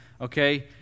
okay